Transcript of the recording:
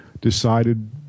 decided